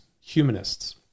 humanists